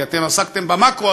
אתם עסקתם במקרו,